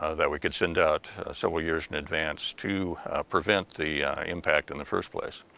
ah that we could send out several years in advance to prevent the impact in the first place.